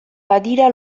badira